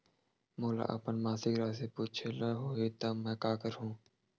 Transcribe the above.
मोला अपन मासिक राशि पूछे ल होही त मैं का करहु?